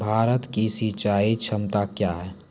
भारत की सिंचाई क्षमता क्या हैं?